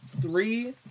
three